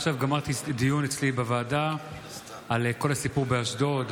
עכשיו גמרתי דיון אצלי בוועדה על כל הסיפור באשדוד,